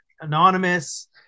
Anonymous